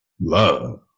love